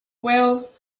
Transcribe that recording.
well